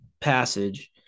passage